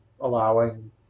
allowing